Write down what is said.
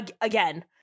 again